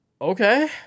okay